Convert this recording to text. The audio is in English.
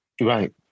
Right